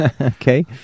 Okay